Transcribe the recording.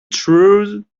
true